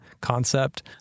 concept